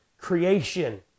creation